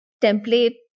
template